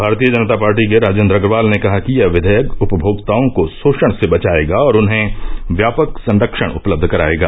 भारतीय जनता पार्टी के राजेन्द्र अग्रवाल ने कहा कि यह विधेयक उपमोक्ताओं को शोषण से बचाएगा और उन्हें व्यापक संरक्षण उपलब्ध कराएगा